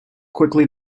quickly